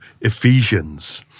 Ephesians